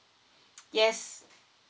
yes